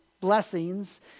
blessings